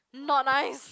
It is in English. not nice